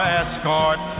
escort